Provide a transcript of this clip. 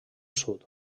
sud